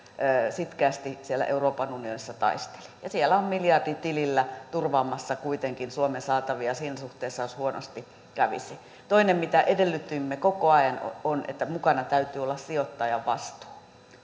sitkeästi siellä euroopan unionissa taisteli siellä on miljardi tilillä turvaamassa kuitenkin suomen saatavia siinä suhteessa jos huonosti kävisi toinen mitä edellytimme koko ajan on että mukana täytyy olla sijoittajan vastuu